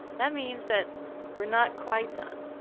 that means that we're not quite done.